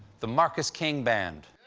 the marcus king band!